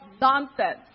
nonsense